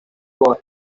boy